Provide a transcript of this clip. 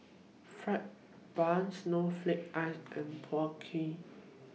Fried Bun Snowflake Ice and Png Kueh